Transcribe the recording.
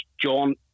John